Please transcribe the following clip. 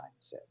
mindset